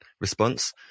response